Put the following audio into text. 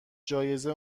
جایزه